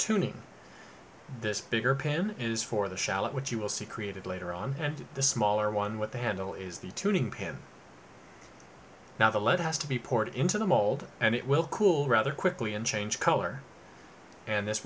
tuning this bigger pan is for the shallot which you will see created later on and the smaller one with the handle is the tuning pan now the lead has to be poured into the mold and it will cool rather quickly and change color and this